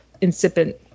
incipient